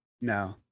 No